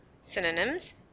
Synonyms